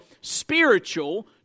spiritual